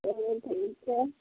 चलो ठीक है